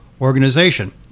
organization